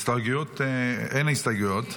אין הסתייגויות.